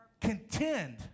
contend